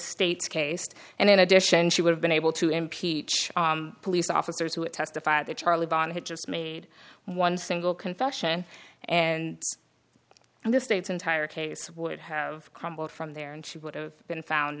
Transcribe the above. state's case and in addition she would have been able to impeach police officers who testified that charlie brown had just made one single confession and and the state's entire case would have crumbled from there and she would've been found